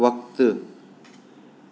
वक़्तु